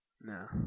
No